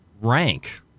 rank